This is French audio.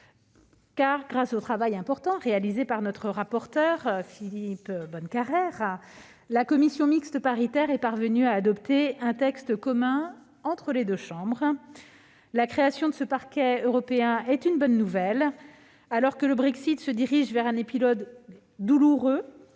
! Grâce à l'important travail réalisé par notre rapporteur Philippe Bonnecarrère, la commission mixte paritaire est parvenue à adopter un texte commun aux deux chambres. La création du Parquet européen est une bonne nouvelle. Alors que le Brexit évolue vers un épilogue douloureux,